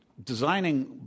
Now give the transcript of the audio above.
Designing